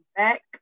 back